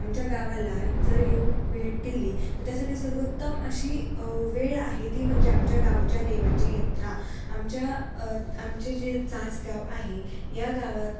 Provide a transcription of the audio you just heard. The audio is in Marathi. आमच्या गावाला जर येऊन भेट दिली तर त्यासाठी सर्वोत्तम अशी वेळ आहे ती म्हणजे आमच्या गावच्या देवाची यात्रा आमच्या आमचे जे चास गाव आहे या गावात